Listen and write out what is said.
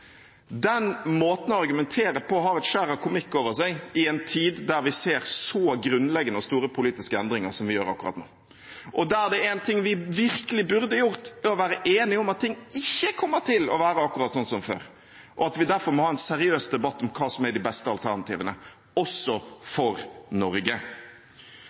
Den måten å argumentere på har et skjær av komikk over seg i en tid der vi ser så grunnleggende og store politiske endringer som vi gjør akkurat nå, og der en ting vi virkelig burde ha gjort, er å være enige om at ting ikke kommer til å være akkurat som før, og at vi derfor må ha en seriøs debatt om hva som er de beste alternativene, også for Norge.